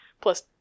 Plus